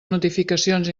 notificacions